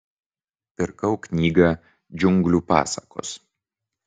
pirkau knygą džiunglių pasakos